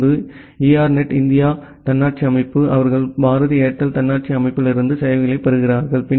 இப்போது ERNET India தன்னாட்சி அமைப்பு அவர்கள் பாரதி ஏர்டெல் தன்னாட்சி அமைப்பிலிருந்து சேவைகளைப் பெறுகிறார்கள்